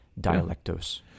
dialectos